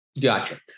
Gotcha